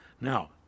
Now